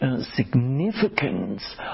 significance